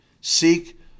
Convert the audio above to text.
Seek